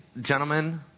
gentlemen